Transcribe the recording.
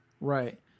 right